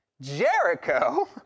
Jericho